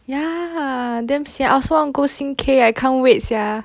ya damn sian also I want go sing K I can't wait sia